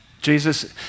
Jesus